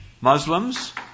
Muslims